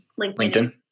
LinkedIn